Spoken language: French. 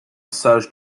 sage